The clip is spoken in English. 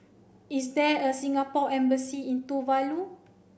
is there a Singapore Embassy in Tuvalu